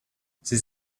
ses